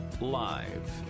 Live